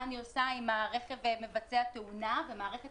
מה אני עושה אם הרכב מבצע תאונה ומערכת